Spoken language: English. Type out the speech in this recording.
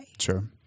Sure